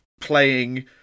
playing